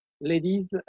ladies